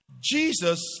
Jesus